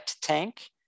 tank